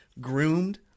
groomed